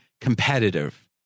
competitive